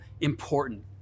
important